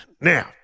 Now